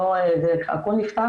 הכל נפתח,